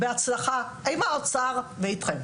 בהצלחה, עם האוצר ואתכם.